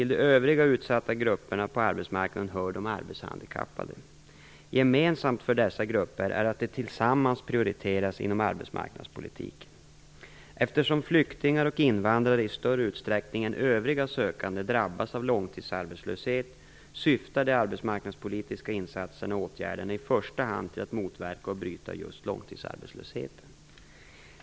Till övriga utsatta grupper på arbetsmarknaden hör de arbetshandikappade. Gemensamt för dessa grupper är att de tillsammans prioriteras inom arbetsmarknadspolitiken. Eftersom flyktingar och invandrare i större utsträckning än övriga sökande drabbas av långtidsarbetslöshet, syftar de arbetsmarknadspolitiska insatserna och åtgärderna i första hand till att motverka och bryta just långtidsarbetslösheten.